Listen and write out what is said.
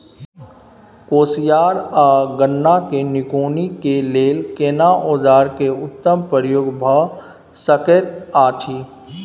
कोसयार आ गन्ना के निकौनी के लेल केना औजार के उत्तम प्रयोग भ सकेत अछि?